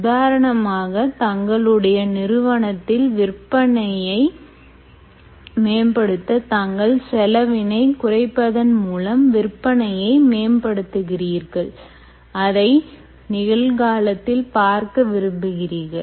உதாரணமாக தங்களுடைய நிறுவனத்தில் விற்பனையை மேம்படுத்த தாங்கள் செலவினை குறைப்பதன் மூலம் விற்பனையை மேம்படுத்துகிறீர்கள் அதை நிகழ்காலத்தில் பார்க்க விரும்புகிறீர்கள்